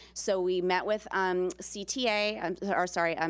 so we met with um cta, um or sorry, um